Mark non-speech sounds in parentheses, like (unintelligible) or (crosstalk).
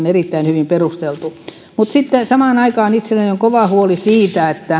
(unintelligible) erittäin hyvin perusteltu tätä sitten samaan aikaan itselläni on kova huoli siitä